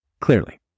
Clearly